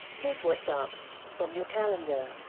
here's what's up on your calendar.